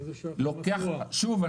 שוב,